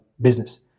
business